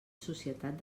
societat